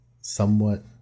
somewhat